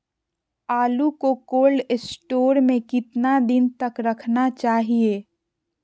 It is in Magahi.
आलू को कोल्ड स्टोर में कितना दिन तक रखना चाहिए?